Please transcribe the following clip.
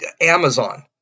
Amazon